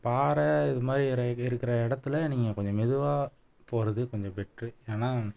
பாறை இது மாதிரி இரு இருக்கிற இடத்துல நீங்கள் கொஞ்சம் மெதுவாக போவது கொஞ்சம் பெட்ரு ஏனால்